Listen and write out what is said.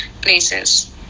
places